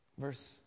verse